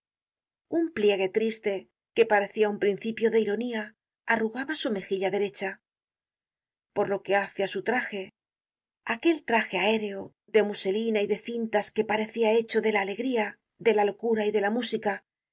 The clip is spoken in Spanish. un pliegue triste que parecia un principio de ironía arrugaba su mejilla derecha por lo que hace á su traje aquel traje aéreo de muselina y de cintas que parecia hecho de la alegría de la locura y de la música